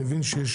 אני מבין שיש